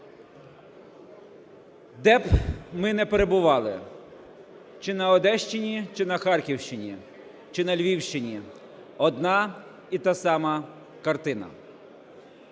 Де б ми не перебували, чи на Одещині, чи на Харківщині, чи на Львівщині, одна і та сама картина,